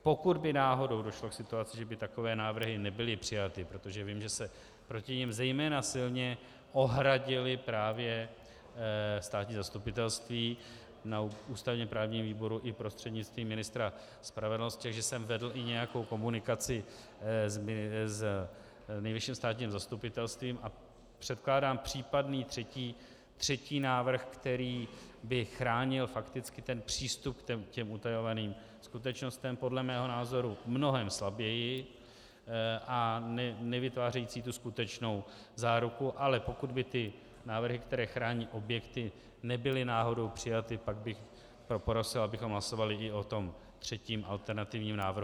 Pokud by náhodou došlo k situaci, že by takové návrhy nebyly přijaty, protože vím, že se proti nim zejména silně ohradila právě státní zastupitelství na ústavněprávním výboru i prostřednictvím ministra spravedlnosti, takže jsem vedl i nějakou komunikaci s Nejvyšším státním zastupitelstvím a předkládám případný třetí návrh, který by chránil fakticky přístup k těm utajovaným skutečnostem podle mého názoru mnohem slaběji, a nevytvářející tu skutečnou záruku, ale pokud by ty návrhy, které chrání objekty, nebyly náhodou přijaty, pak bych prosil, abychom hlasovali i o tom třetím alternativním návrhu.